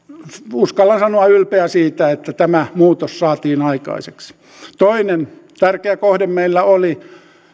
uskallan sanoa ylpeä siitä että tämä muutos saatiin aikaiseksi toinen tärkeä kohde meillä oli